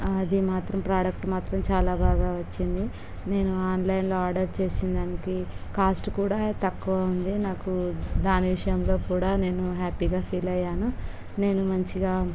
అది మాత్రం ప్రోడక్ట్ మాత్రం చాలా బాగా వచ్చింది నేను ఆన్లైన్లో ఆర్డర్ చేసిన దానికి కాస్టు కూడా తక్కువ ఉంది నాకు దాని విషయంలో కూడా నేను హ్యాపీగా ఫీల్ అయ్యాను నేను మంచిగా